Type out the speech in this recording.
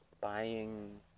buying